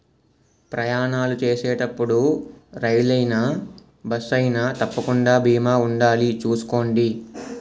ప్రయాణాలు చేసేటప్పుడు రైలయినా, బస్సయినా తప్పకుండా బీమా ఉండాలి చూసుకోండి